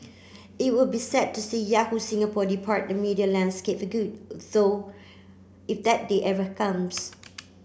it will be sad to see Yahoo Singapore depart the media landscape for good though if that day ever comes